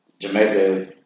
Jamaica